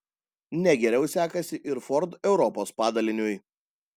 ne geriau sekasi ir ford europos padaliniui